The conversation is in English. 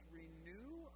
renew